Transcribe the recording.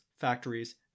factories